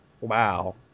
wow